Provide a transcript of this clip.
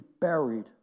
buried